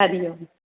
हरिओम